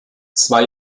zwei